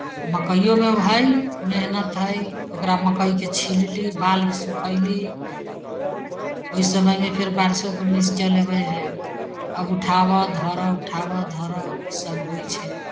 मक्कइओमे भेल मेहनति हइ ओकरा मक्कइके छिलली बाल सुखयली ओहि समयमे फेर बारिशोके बेर चलि अबै हइ आब उठाबह धरह उठाबह धरह सभ होइ छै